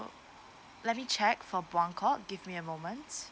let me check for buangkok give me a moment